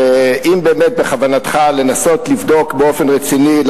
ואם באמת בכוונתך לנסות לבדוק באופן רציני,